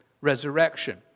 resurrection